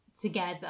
together